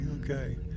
Okay